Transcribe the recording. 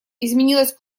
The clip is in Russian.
изменилась